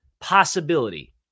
possibility